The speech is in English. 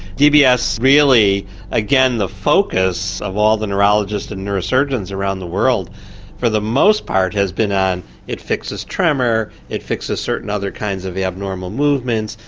dbs really again the focus of all the neurologists and neurosurgeons around the world for the most part has been ah it fixes tremor, it fixes certain other kinds of the abnormal movements,